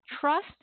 trust